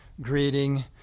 greeting